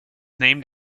named